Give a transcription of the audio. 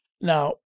Now